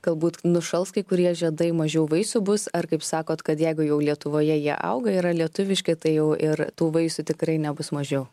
galbūt nušals kai kurie žiedai mažiau vaisių bus ar kaip sakot kad jeigu jau lietuvoje jie auga yra lietuviški tai jau ir tų vaisių tikrai nebus mažiau